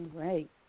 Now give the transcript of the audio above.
Great